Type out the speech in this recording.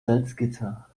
salzgitter